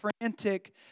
frantic